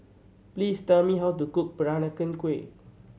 please tell me how to cook Peranakan Kueh